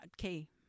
okay